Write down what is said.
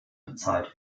bezahlt